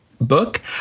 book